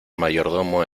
mayordomo